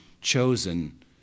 chosen